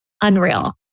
unreal